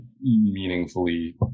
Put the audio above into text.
meaningfully